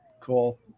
cool